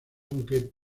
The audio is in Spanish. aunque